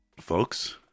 folks